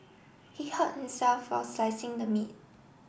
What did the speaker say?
he hurt himself while slicing the meat